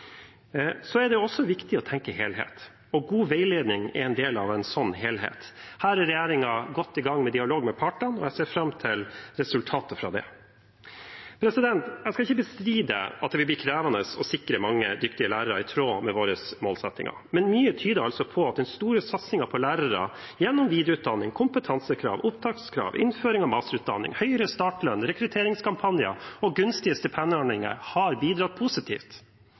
Det er også viktig å tenke helhet, og god veiledning er en del av en slik helhet. Her er regjeringen godt i gang med dialog med partene, og jeg ser fram til resultatet av det. Jeg skal ikke bestride at det vil bli krevende å sikre mange dyktige lærere, i tråd med våre målsettinger, men mye tyder på at den store satsingen på lærere – gjennom videreutdanning, kompetansekrav, opptakskrav, innføring av masterutdanning, høyere startlønn, rekrutteringskampanjer og gunstige stipendordninger – har bidratt positivt.